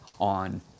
on